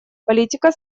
политика